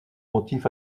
motifs